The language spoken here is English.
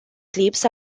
clips